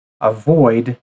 avoid